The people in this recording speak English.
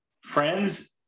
friends